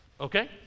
okay